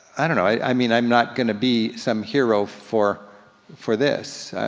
i don't know, i mean i'm not gonna be some hero for for this.